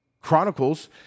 chronicles